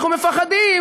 אנחנו מפחדים,